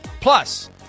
Plus